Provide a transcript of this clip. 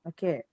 Okay